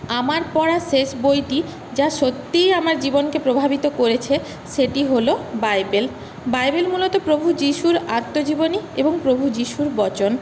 আমার পড়া শেষ বইটি যা সত্যিই আমার জীবনকে প্রভাবিত করেছে সেটি হল বাইবেল বাইবেল মূলত প্রভু যিশুর আত্মজীবনী এবং প্রভু যিশুর বচন